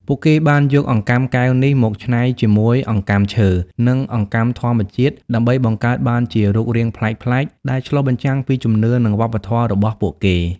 ពួកគេបានយកអង្កាំកែវនេះមកច្នៃជាមួយអង្កាំឈើ និងអង្កាំធញ្ញជាតិដើម្បីបង្កើតបានជារូបរាងប្លែកៗ ដែលឆ្លុះបញ្ចាំងពីជំនឿ និងវប្បធម៌របស់ពួកគេ។